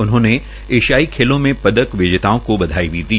उन्होंने एशियाई खेलों में पदक विजेताओं को बधाई भी दी